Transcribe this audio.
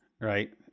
Right